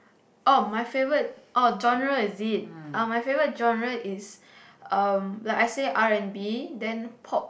oh my favourite oh genre is it oh my favourite genre is um like I said R-and-B then pop